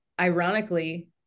ironically